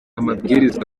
amabwiriza